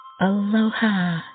Aloha